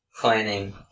planning